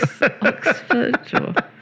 Oxford